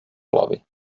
hlavy